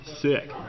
sick